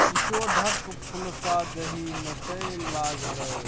चिचोढ़क फुलसँ देहि नोचय लागलै